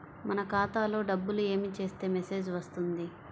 మన ఖాతాలో డబ్బులు ఏమి చేస్తే మెసేజ్ వస్తుంది?